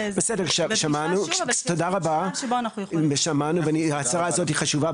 שמענות ותודה רבה וההצרה הזאת היא חשובה.